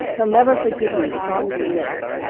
he'll never forgive you as long as he lives.